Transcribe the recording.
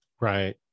Right